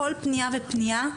כל פנייה ופנייה,